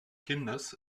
kindes